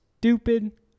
stupid